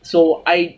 so I